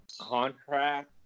contract